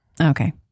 Okay